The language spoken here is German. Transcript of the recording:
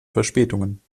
verspätungen